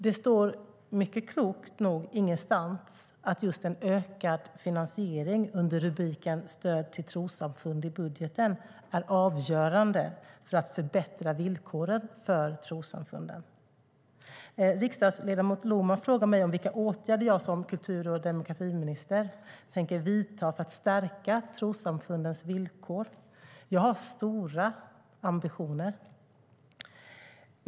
Det står, klokt nog, ingenstans att just en ökad finansiering under rubriken "Stöd till trossamfund" i budgeten är avgörande för att förbättra villkoren för trossamfunden. Riksdagsledamot Lohman frågar mig vilka åtgärder jag som kultur och demokratiminister tänker vidta för att stärka trossamfundens villkor. Jag har stora ambitioner.